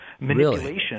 manipulation